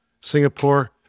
Singapore